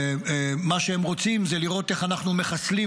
מה שהם רוצים זה לראות איך אנחנו מחסלים